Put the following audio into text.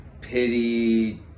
pity